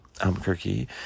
Albuquerque